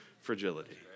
fragility